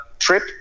trip